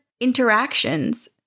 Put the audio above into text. interactions